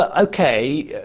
ah okay,